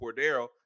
Cordero